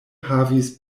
havis